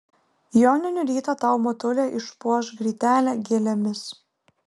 joninių rytą tau motulė išpuoš grytelę gėlėmis